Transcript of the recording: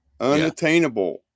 unattainable